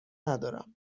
ندارم